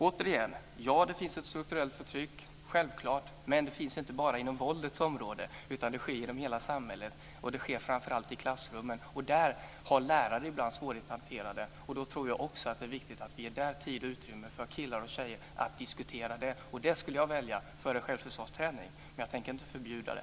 Återigen: Ja, det finns självfallet ett strukturellt förtryck. Men det finns inte bara på våldets område, utan det sker i hela samhället. Framför allt sker det i klassrummet, och där har lärare ibland svårighet att hantera det. Jag tror alltså att det är viktigt att vi ger tid och utrymme för killar och tjejer att diskutera detta. Det skulle jag välja före självförsvarsträning, men jag tänker inte förbjuda det.